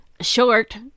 Short